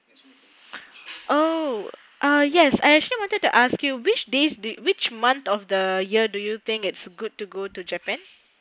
oh uh yes I actually wanted to ask you which day which month of the year do you think it's good to go to japan